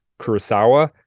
Kurosawa